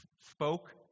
spoke